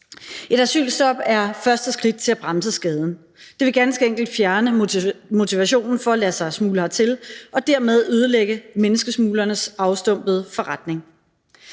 Et asylstop er første skridt til at bremse skaden. Det vil ganske enkelt fjerne motivationen for at lade sig smugle hertil og dermed ødelægge menneskesmuglernes afstumpede forretning.